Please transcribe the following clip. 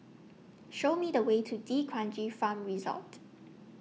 Show Me The Way to D'Kranji Farm Resort